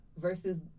versus